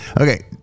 Okay